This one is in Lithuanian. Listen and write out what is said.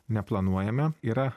neplanuojame yra